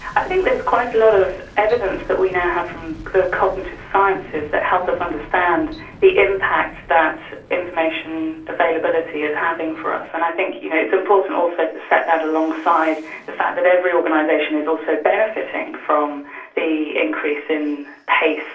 i think there's quite a lot of evidence that we now have from the cognitive sciences that help us understand the impact that information availability is having for us, and i think you know it is important also to set that alongside the fact that every organisation is also benefiting from the increase in pace,